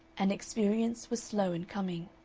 and experience was slow in coming.